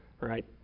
Right